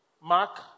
Mark